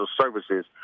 services